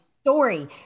Story